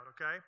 okay